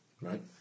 Right